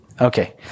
Okay